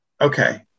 okay